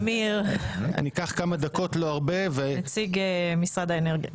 אמיר מנכ"ל איגוד הגז בישראל.